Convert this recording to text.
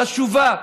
חשובה,